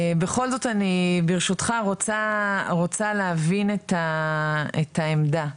בכל זאת אני ברשותך רוצה להבין את העמדה,